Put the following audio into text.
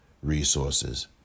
Resources